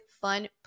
fun